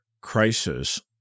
crisis